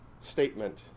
statement